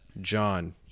John